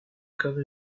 can